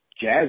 jazz